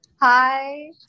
Hi